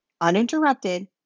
uninterrupted